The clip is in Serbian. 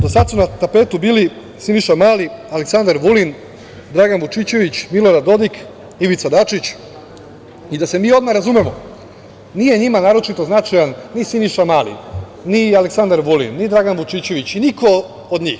Do sada su na tapetu bili Siniša Mali, Aleksandar Vulin, Dragan Vučićević, Milorad Dodik, Ivica Dačić i da se mi odmah razumemo, nije njima naročito značajan ni Siniša Mali, ni Aleksandar Vulin, ni Dragan Vučićević, niko od njih.